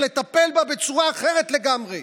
לטפל בה בצורה אחרת לגמרי.